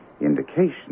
indication